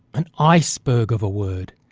an iceberg of a word.